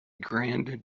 grand